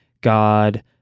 God